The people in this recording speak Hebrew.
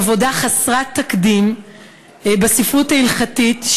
היא עבודה חסרת תקדים בספרות ההלכתית,